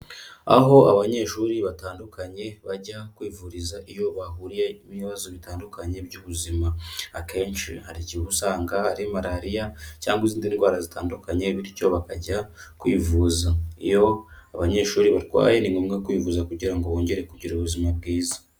Aho abanyeshuri batandukanye bajya kwivuriza iyo bahuriye n'ibibazo bitandukanye by'ubuzima. Akenshi hari igihe uba usanga ari malariya cyangwa izindi ndwara zitandukanye bityo bakajya kwivuza. Iyo abanyeshuri barwaye, ni ngombwa kwivuza kugira ngo bongere kugira ubuzima bwiza.